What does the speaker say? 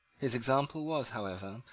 his example was, however,